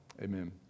amen